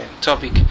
topic